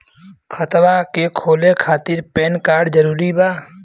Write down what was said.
खतवा के खोले खातिर पेन कार्ड जरूरी बा?